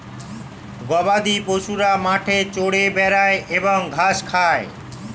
গবাদিপশুরা মাঠে চরে বেড়ায় এবং ঘাস খায়